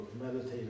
meditate